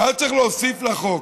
שהיה צריך להוסיף לחוק